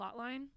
plotline